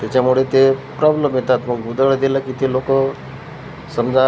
त्याच्यामुळे ते प्रॉब्लेम येतात मग उदळं दिलं की ते लोक समजा